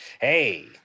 Hey